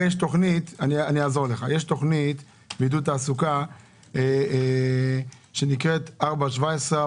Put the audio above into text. יש תוכנית לעידוד תעסוקה שנקראת 417,